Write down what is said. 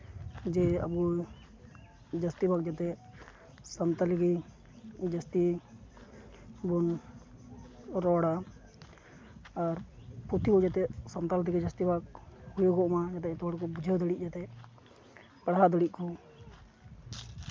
ᱡᱮ ᱟᱵᱚ ᱡᱟᱹᱥᱛᱤ ᱦᱚᱲ ᱡᱟᱛᱮ ᱥᱟᱱᱛᱟᱲᱤ ᱜᱮ ᱡᱟᱹᱥᱛᱤ ᱵᱚᱱ ᱨᱚᱲᱼᱟ ᱟᱨ ᱯᱩᱛᱷᱤ ᱦᱚᱸ ᱡᱟᱛᱮ ᱥᱟᱱᱛᱟᱲ ᱛᱮᱜᱮ ᱡᱟᱹᱥᱛᱤ ᱵᱷᱟᱜᱽ ᱦᱩᱭᱩᱜᱚᱜ ᱢᱟ ᱡᱟᱛᱮ ᱡᱚᱛᱚ ᱦᱚᱲ ᱵᱚᱱ ᱵᱩᱡᱷᱟᱹᱣ ᱫᱟᱲᱮᱜ ᱡᱟᱛᱮ ᱯᱟᱲᱦᱟᱣ ᱫᱟᱲᱮᱜ ᱠᱚ